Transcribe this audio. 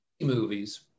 movies